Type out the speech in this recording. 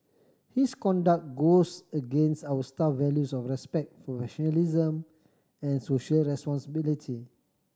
his conduct goes against our staff values of respect professionalism and social responsibility